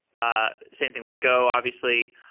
ah same thing with go obviously.